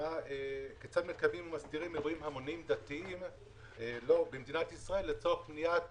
כיצד מקיימים ומסדירים אירועים המוניים דתיים במדינת ישראל לצורך מניעת